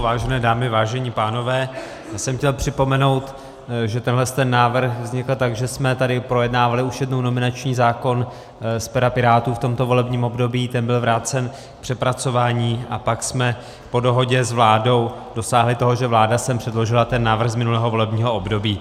Vážené dámy, vážení pánové, chtěl jsem připomenout, že tenhle ten návrh vznikl tak, že jsme tady projednávali už jednou nominační zákon z pera Pirátů v tomto volebním období, ten byl vrácen k přepracování, a pak jsme po dohodě s vládou dosáhli toho, že vláda sem předložila ten návrh z minulého volebního období.